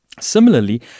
Similarly